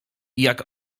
jak